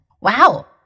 Wow